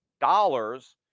dollars